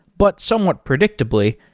but somewhat predictably,